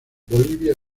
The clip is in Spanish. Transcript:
bolivia